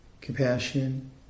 compassion